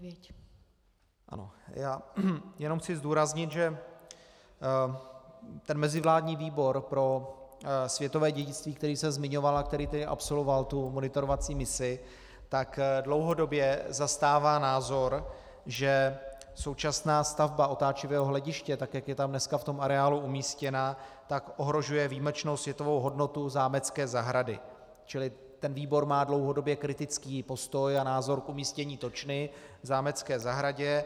Já chci jen zdůraznit, že mezivládní výbor pro světové dědictví, který jsem zmiňoval a který tedy absolvoval monitorovací misi, dlouhodobě zastává názor, že současná stavba otáčivého hlediště, tak jak je tam dnes v areálu umístěna, ohrožuje výjimečnou světovou hodnotu zámecké zahrady, čili ten výbor má dlouhodobě kritický postoj a názor k umístění točny v zámecké zahradě.